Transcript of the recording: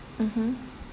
mmhmm